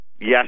yes